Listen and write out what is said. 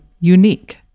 unique